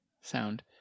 sound